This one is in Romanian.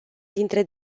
dintre